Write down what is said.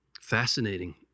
Fascinating